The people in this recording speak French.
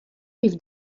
rive